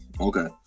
Okay